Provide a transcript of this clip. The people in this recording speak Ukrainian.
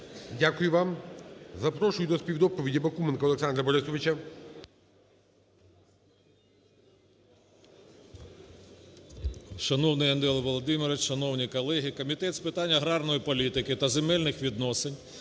Дякую вам. Запрошую до співдоповіді Бакуменка Олександра Борисовича.